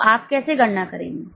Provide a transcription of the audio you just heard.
तो आप कैसे गणना करेंगे